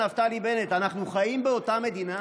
נפתלי בנט: אנחנו חיים באותה מדינה?